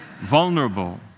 Vulnerable